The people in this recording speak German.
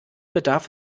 bedarf